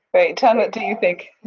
tell me what do you think?